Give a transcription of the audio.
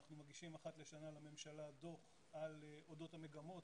אנחנו מגישים אחת לשנה לממשלה דוח אודות המגמות,